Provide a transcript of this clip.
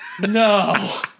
No